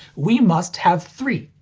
we must have three.